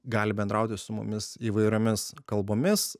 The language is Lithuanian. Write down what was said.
gali bendrauti su mumis įvairiomis kalbomis